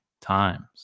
Times